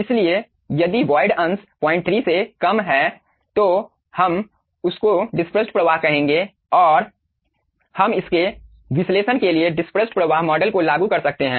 इसलिए यदि वोयड अंश 03 से कम हैं तो हम उसको परिक्षेपित प्रवाह कहेंगे और हम इसके विश्लेषण के लिए परिक्षेपित प्रवाह मॉडल को लागू कर सकते हैं